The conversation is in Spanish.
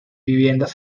viviendas